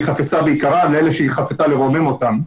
חפצה ביקרם ואלה שהיא חפצה לרומם אותם.